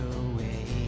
away